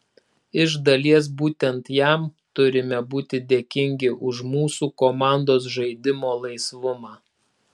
iš dalies būtent jam turime būti dėkingi už mūsų komandos žaidimo laisvumą